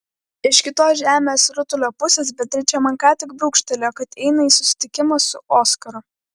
iš kitos žemės rutulio pusės beatričė man ką tik brūkštelėjo kad eina į susitikimą su oskaru